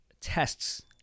tests